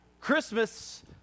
Christmas